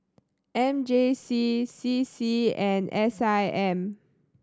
M J C C C and S I M